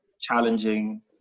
challenging